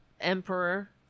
emperor